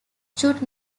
should